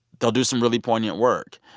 they'll do some really poignant work.